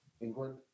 england